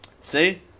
See